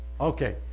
Okay